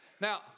Now